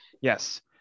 Yes